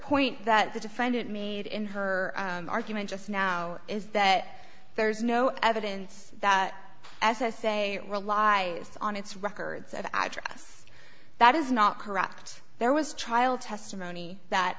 point that the defendant made in her argument just now is that there is no evidence that as i say relies on its records that address that is not correct there was trial testimony that